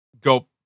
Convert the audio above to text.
Go